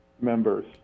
members